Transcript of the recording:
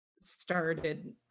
started